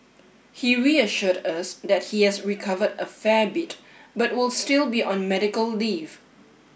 he reassured us that he has recovered a fair bit but will still be on medical leave